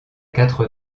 quatre